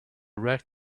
red